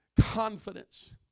confidence